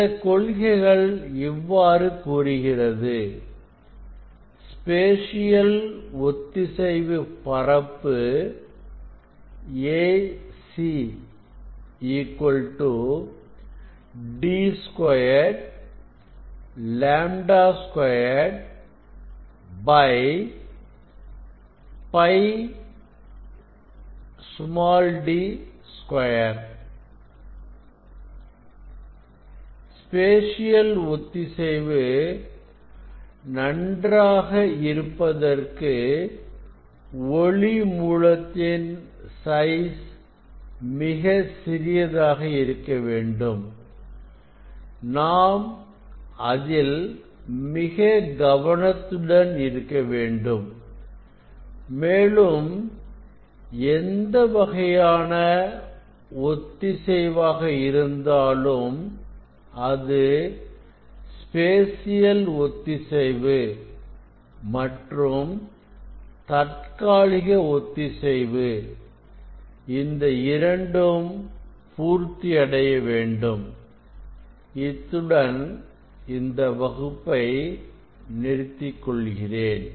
சில கொள்கைகள் இவ்வாறு கூறுகிறது ஸ்பேசியல் ஒத்திசைவு பரப்பு A c D2 λ2πd2 spatial ஒத்திசைவு நன்றாக இருப்பதற்கு ஒளி மூலத்தின் சைஸ் மிகச் சிறியதாக இருக்க வேண்டும் நாம் அதில் மிக கவனத்துடன் இருக்க வேண்டும் மேலும் எந்த வகையான ஒத்திசைவாக இருந்தாலும் அது ஸ்பேசியல் ஒத்திசைவு மற்றும் தற்காலிக ஒத்திசைவு இந்த இரண்டும் பூர்த்தி அடைய வேண்டும் இத்துடன் இந்த வகுப்பை நிறுத்திக் கொள்கிறேன்